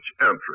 entry